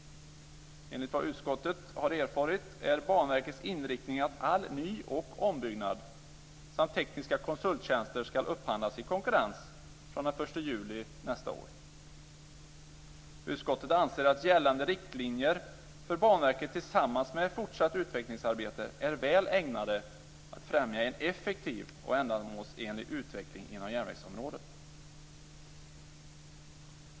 Enligt vad utskottet har erfarit är Banverkets inriktning att all ny och ombyggnad samt tekniska konsulttjänster ska upphandlas i konkurrens från den 1 juli nästa år. Utskottet anser att gällande riktlinjer för Banverket tillsammans med ett fortsatt utvecklingsarbete är väl ägnade att främja en effektiv och ändamålsenlig utveckling inom järnvägsområdet.